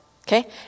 Okay